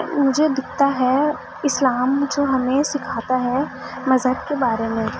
میں مجھے دکھتا ہے اسلام مجھے ہمیں سکھاتا ہے مذہب کے بارے میں